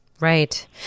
Right